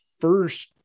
first